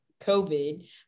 COVID